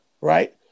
right